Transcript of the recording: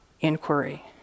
inquiry